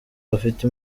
bafite